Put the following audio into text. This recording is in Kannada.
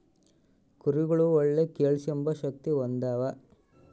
ಕುರಿಗುಳು ಒಳ್ಳೆ ಕೇಳ್ಸೆಂಬ ಶಕ್ತಿ ಹೊಂದ್ಯಾವ